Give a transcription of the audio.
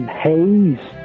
haze